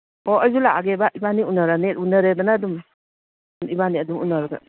ꯑꯣ ꯑꯩꯁꯨ ꯂꯥꯛꯑꯒꯦꯕ ꯏꯕꯥꯅꯤ ꯎꯅꯔꯅꯤ ꯎꯅꯔꯦꯗꯅ ꯑꯗꯨꯝ ꯏꯕꯥꯅꯤ ꯑꯗꯨꯝ ꯎꯅꯔꯒ